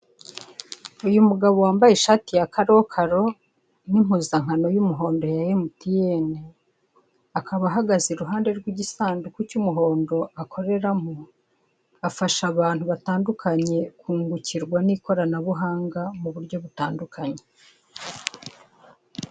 Uyu mugabo wambaye ishati ya karokaro nimpuzankano yumuhondo ya MTN akaba ahagaze iruhande rwigisanduku cy'umuhondo akoreramo afasha abantu batandukanye kungukirwa n'ikoranabuhanga muburyo butandukanye.